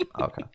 Okay